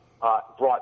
brought